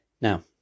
Now